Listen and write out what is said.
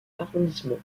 arrondissement